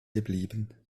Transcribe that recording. geblieben